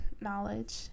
knowledge